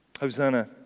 Hosanna